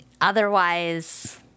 otherwise